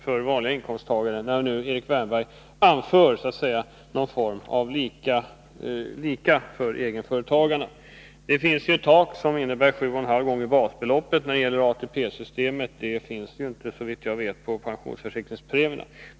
Erik Wärnberg anförde ju att pensionsförsäkringspremier är till för att få likformighet mellan egenföretagare och dem som får sin pension inbetald av arbetsgivare. Det finns ju ett tak, 7,5 gånger basbeloppet, när det gäller ATP-systemet. Något sådant tak finns inte, såvitt jag vet, när det gäller pensionsförsäkringspremierna.